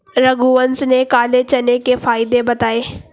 रघुवंश ने काले चने के फ़ायदे बताएँ